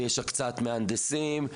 יש הקצאת מהנדסים,